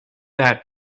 that